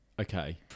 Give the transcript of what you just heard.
Okay